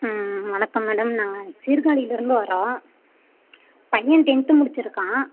ம் வணக்கம் மேடம் நாங்கள் சீர்காழில இருந்து வரோம் பையன் டென்த்து முடிச்சுருக்கான்